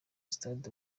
stade